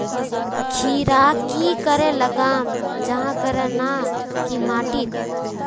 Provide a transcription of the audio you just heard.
खीरा की करे लगाम जाहाँ करे ना की माटी त?